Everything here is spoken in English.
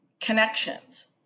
connections